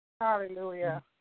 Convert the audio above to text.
Hallelujah